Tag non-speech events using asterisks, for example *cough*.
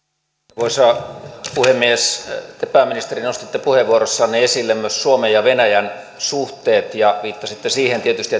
arvoisa puhemies te pääministeri nostitte puheenvuorossanne esille myös suomen ja venäjän suhteet ja viittasitte tietysti *unintelligible*